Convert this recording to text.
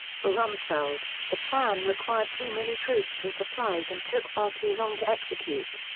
for rumsfeld, the plan required too many troops and supplies and took far too long to execute.